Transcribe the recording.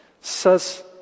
says